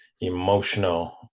emotional